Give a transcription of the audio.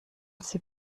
sie